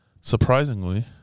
surprisingly